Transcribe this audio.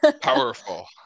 powerful